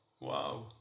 Wow